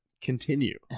continue